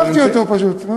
בסדר, שיבחתי אותו פשוט.